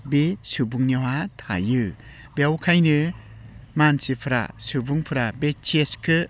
बे सुबुंनियावहा थायो बेयावखायनो मानसिफ्रा सुबुंफ्रा बे चेसखौ